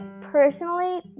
personally